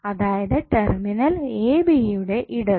അതായത് terminal a b യുടെ ഇടതു